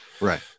Right